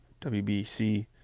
WBC